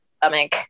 stomach